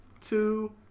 two